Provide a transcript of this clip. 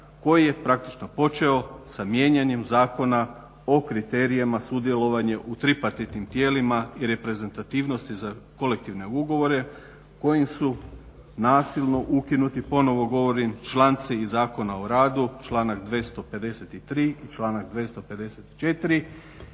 koji je praktično počeo sa mijenjanjem Zakona o kriterijima sudjelovanja u tripartitnim tijelima i reprezentativnosti za kolektivne ugovore kojim su nasilno ukinuti ponovno govorim članci i Zakona o radu članak 253.i 254.i